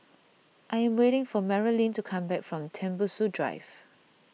I am waiting for Maralyn to come back from Tembusu Drive